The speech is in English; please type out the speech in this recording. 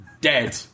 dead